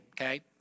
okay